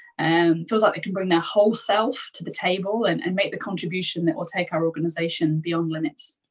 and feels like ah they can bring their whole self to the table and and make the contribution that will take our organization beyond limits.